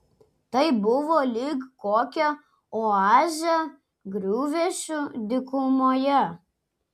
tai buvo lyg kokia oazė griuvėsių dykumoje